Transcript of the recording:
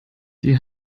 die